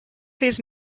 these